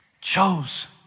chose